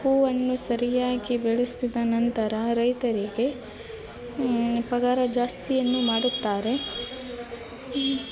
ಹೂವನ್ನು ಸರಿಯಾಗಿ ಬೆಳೆಸಿದ ನಂತರ ರೈತರಿಗೆ ಪಗಾರ ಜಾಸ್ತಿಯನ್ನು ಮಾಡುತ್ತಾರೆ